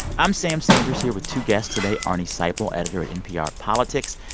i'm sam sanders here with two guests today arnie seipel, editor at npr politics,